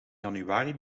januari